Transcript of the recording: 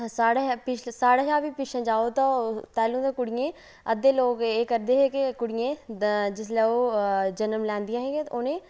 साढे़ शा पिच्छें साढ़े शा बी पिच्छें जाओ तां ओह् तैह्लूं ते कुड़ियें ई अद्धे लोक एह् करदे हे कि कुड़ियें ई जिसलै ओह् जनम लैंदियां हियां ता उ'नें ई